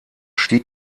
stieg